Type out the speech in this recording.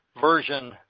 version